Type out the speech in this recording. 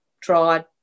tried